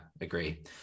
agree